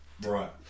Right